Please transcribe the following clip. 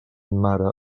mare